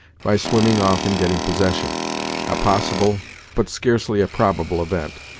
by swimming off and getting possession, a possible but scarcely a probable event,